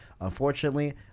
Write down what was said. Unfortunately